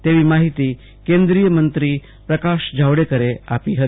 તેવી માહિતી કેન્દ્રીયમંત્રી પ્રકાશ જાવડેકરે આપી હતી